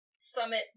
Summit